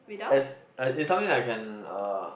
as uh it's something I can uh